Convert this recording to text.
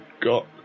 got